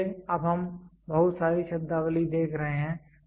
इसलिए अब हम बहुत सारी शब्दावली देख रहे हैं